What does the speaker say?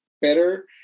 better